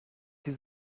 sie